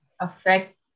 affect